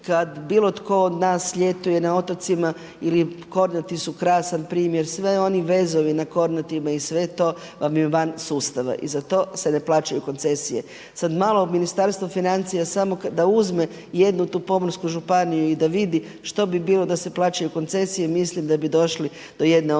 kada bilo tko od nas ljetuje na otocima ili Kornati su krasan primjer, sve oni vezovi na Kornatima i sve to vam je van sustava i za to se ne plaćaju koncesije. Sada malo Ministarstvo financija samo da uzme jednu tu pomorsku županiju i da vidi što bi bilo da se plaćaju koncesije mislim da bi došli do jedne ozbiljne